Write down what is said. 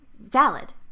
valid